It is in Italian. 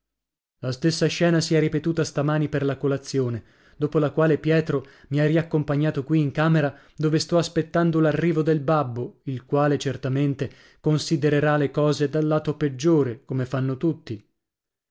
la stessa scena si è ripetuta stamani per la colazione dopo la quale pietro mi ha riaccompagnato qui in camera dove sto aspettando l'arrivo del babbo il quale certamente considererà la cose dal lato peggiore come fanno tutti